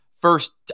First